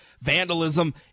vandalism